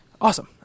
Awesome